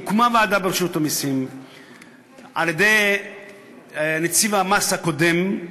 הוקמה ועדה ברשות המסים על-ידי נציב המס הקודם,